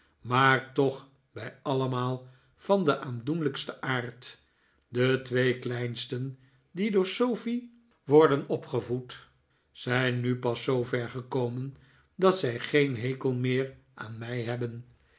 maar toch bij allemaal van den aandoenlijksten aard de twee kleinsten die door sofie worden opgevoed zijn nu pas zobver gekomen dat zij geen hekel meer aan mij hebben